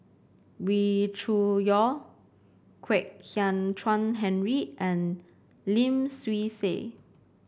Wee Cho Yaw Kwek Hian Chuan Henry and Lim Swee Say